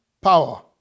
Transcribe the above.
power